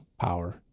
power